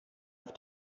auf